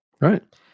Right